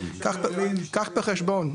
קח בחשבון,